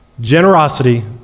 Generosity